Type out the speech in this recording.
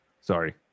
Sorry